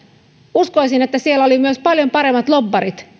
uskoisin että siellä rauhanturvaajien takana oli myös paljon paremmat lobbarit